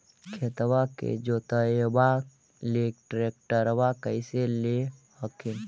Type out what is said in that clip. खेतबा के जोतयबा ले ट्रैक्टरबा कैसे ले हखिन?